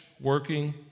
working